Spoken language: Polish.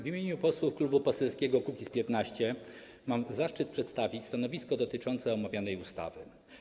W imieniu posłów Klubu Poselskiego Kukiz’15 mam zaszczyt przedstawić stanowisko dotyczące omawianej ustawy.